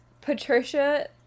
Patricia